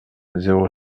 zéro